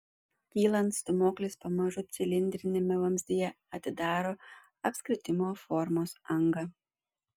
kylant stūmoklis pamažu cilindriniame vamzdyje atidaro apskritimo formos angą